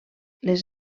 les